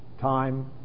time